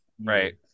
Right